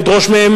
לדרוש מהם,